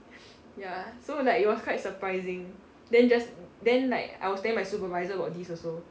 ya so like it was quite surprising then just then like I was telling my supervisor about this also